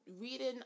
Reading